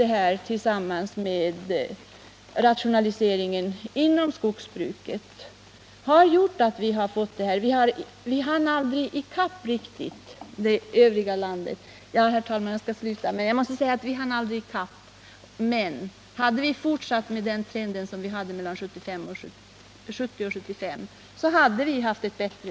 Allt detta tillsammans med rationaliseringen inom skogsbruket har medfört nuvarande förhållanden. Vi hann aldrig i kapp det övriga landet. Men hade trenden mellan 1970 och 1975 fått fortsätta, hade läget varit bättre.